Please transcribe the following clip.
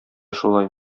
шулай